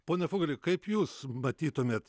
pone fugali kaip jūs matytumėt